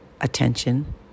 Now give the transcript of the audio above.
attention